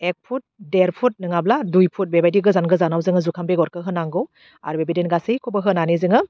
एक फुट देर फुट नोङाब्ला दुइ फुट बेबायदि गोजान गोजानाव जोङो जुखाम बेगरखौ होनांगौ आरो बेबायदिनो गासैखौबो होनानै जोङो